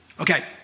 Okay